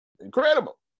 incredible